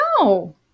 No